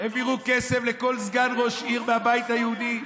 העבירו כסף לכל סגן ראש עיר מהבית היהודי,